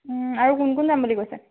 আৰু কোন কোন যাম বুলি কৈছে